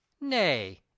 nay